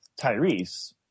Tyrese